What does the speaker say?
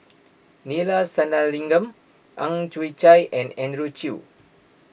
Neila Sathyalingam Ang Chwee Chai and Andrew Chew